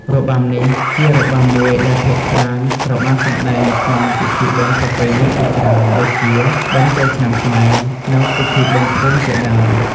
របាំនេះជារបាំមួយដែលភាគច្រើនត្រូវបានសម្តែងក្នុងពិធីបុណ្យប្រពៃណីជាច្រើន ដូចជា បុណ្យចូលឆ្នាំខ្មែរ និងពិធីបុណ្យភូមិជាដើម។